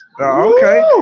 Okay